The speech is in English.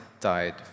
died